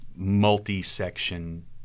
multi-section